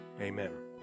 amen